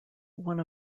one